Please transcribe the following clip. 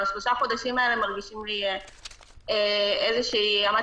שלושת החודשים האלה מרגישים לי כאיזו שהיא אמת